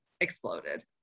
exploded